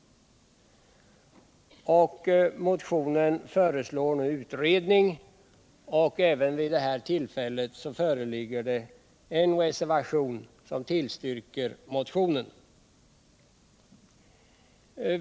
Motionen föreslår en utredning, och även vid det här tillfället föreligger en reservation, vilken tillstyrker motionen.